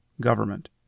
government